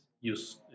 use